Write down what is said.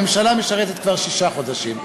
הממשלה משרתת כבר שישה חודשים,